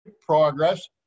progress